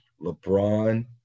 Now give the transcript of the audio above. LeBron